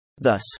Thus